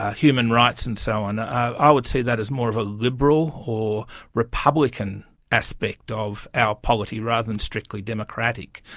human rights and so on, i would see that as more of a liberal or republican aspect of our polity rather than strictly democratic.